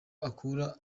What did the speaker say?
akura